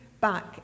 back